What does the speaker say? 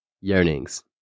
Yearnings